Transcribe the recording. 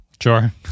Sure